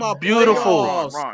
beautiful